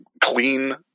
clean